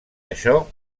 això